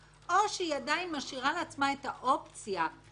או היא עדיין משאירה לעצמה את האופציה של